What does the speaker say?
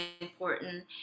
important